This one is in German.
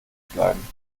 bleiben